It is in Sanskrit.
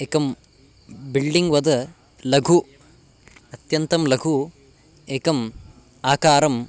एकं बिल्डिङ्ग् वत् लघु अत्यन्तं लघु एकम् आकारं